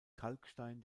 kalkstein